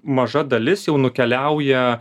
maža dalis jau nukeliauja